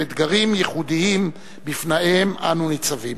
האתגרים הייחודיים שבפניהם אנו ניצבים.